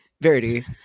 Verity